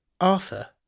Arthur